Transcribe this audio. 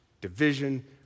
division